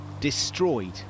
destroyed